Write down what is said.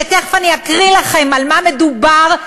ותכף אקריא לכם על מה מדובר.